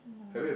no